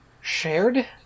Shared